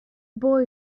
boy